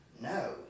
No